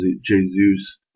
Jesus